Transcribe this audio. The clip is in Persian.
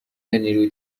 نیروی